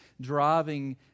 driving